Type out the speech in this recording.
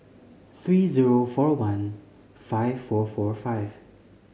three zero four one five four four five